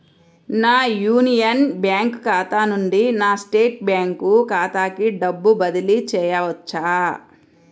నా Union Bank ఖాతా నుండి నా స్టేట్ బ్యాంకు ఖాతాకి డబ్బు బదిలి చేయవచ్చా?